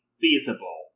feasible